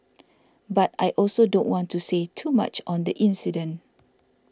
but I also don't want to say too much on the incident